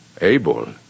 able